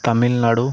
Tamil Nadu